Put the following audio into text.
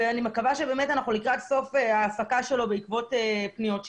אני מקווה שבאמת אנחנו לקראת סוף העסקה שלו בעקבות פניות שלי.